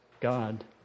God